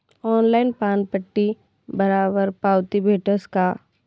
Online पानपट्टी भरावर पावती भेटस का?